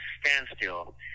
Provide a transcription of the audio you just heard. standstill